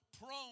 prone